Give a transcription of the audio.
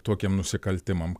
tokiem nusikaltimam